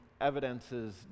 evidences